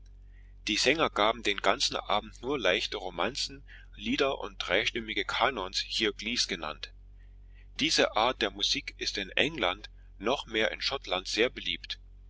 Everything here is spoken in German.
die sänger gaben den ganzen abend nur leichte romanzen lieder und dreistimmige kanons hier glees genannt diese art musik ist in england noch mehr in schottland sehr beliebt